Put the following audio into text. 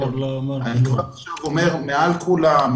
אני כבר עכשיו אומר מעל כולם,